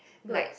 like